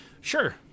Sure